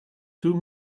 two